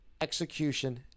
execution